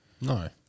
No